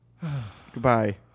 Goodbye